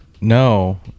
No